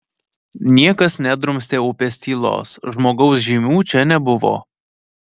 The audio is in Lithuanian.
niekas nedrumstė upės tylos žmogaus žymių čia nebuvo